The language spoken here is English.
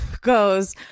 goes